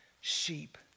sheep